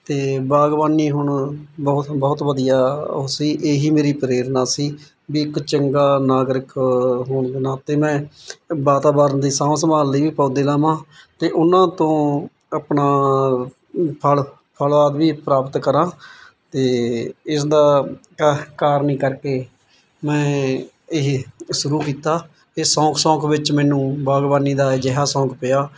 ਅਤੇ ਬਾਗਵਾਨੀ ਹੁਣ ਬਹੁ ਬਹੁਤ ਵਧੀਆ ਉਹ ਸੀ ਇਹ ਹੀ ਮੇਰੀ ਪ੍ਰੇਰਨਾ ਸੀ ਵੀ ਇੱਕ ਚੰਗਾ ਨਾਗਰਿਕ ਹੋਣ ਦੇ ਨਾਤੇ ਮੈਂ ਵਾਤਾਵਰਨ ਦੀ ਸਾਂਭ ਸੰਭਾਲ ਲਈ ਵੀ ਪੌਦੇ ਲਗਾਵਾਂ ਅਤੇ ਉਹਨਾਂ ਤੋਂ ਆਪਣਾ ਫਲ ਫਲ ਆਦਿ ਵੀ ਪ੍ਰਾਪਤ ਕਰਾਂ ਅਤੇ ਇਸਦਾ ਕਾ ਕਾਰਨ ਈ ਕਰਕੇ ਮੈਂ ਇਹ ਸ਼ੁਰੂ ਕੀਤਾ ਇਹ ਸ਼ੌਂਕ ਸ਼ੌਂਕ ਵਿੱਚ ਮੈਨੂੰ ਬਾਗਵਾਨੀ ਦਾ ਅਜਿਹਾ ਸ਼ੌਂਕ ਪਿਆ